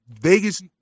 Vegas